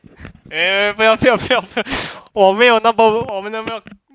eh 不要不要不要不要我没有那么我没那么